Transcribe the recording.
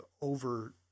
over